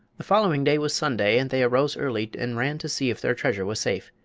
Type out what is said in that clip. the following day was sunday, and they arose early and ran to see if their treasure was safe.